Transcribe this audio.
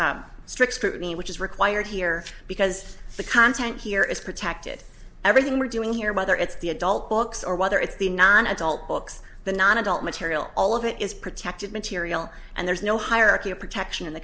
first strict scrutiny which is required here because the content here is protected everything we're doing here whether it's the adult books or whether it's the non adult books the non adult much all of it is protected material and there's no hierarchy of protection in the